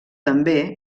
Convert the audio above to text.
també